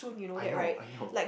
I know I know